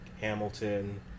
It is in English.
Hamilton